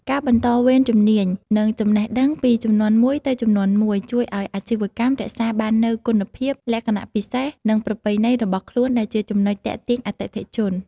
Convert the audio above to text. ការបន្តវេនជំនាញ និងចំណេះដឹងពីជំនាន់មួយទៅជំនាន់មួយ ជួយឲ្យអាជីវកម្មរក្សាបាននូវគុណភាព លក្ខណៈពិសេស និងប្រពៃណីរបស់ខ្លួន ដែលជាចំណុចទាក់ទាញអតិថិជន។